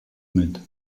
mood